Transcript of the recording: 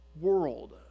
world